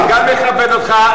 אני גם מכבד אותך,